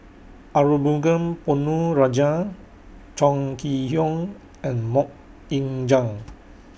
Arumugam Ponnu Rajah Chong Kee Hiong and Mok Ying Jang